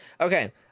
Okay